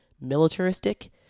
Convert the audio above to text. militaristic